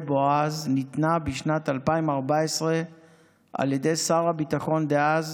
בועז ניתנה בשנת 2014 על ידי שר הביטחון דאז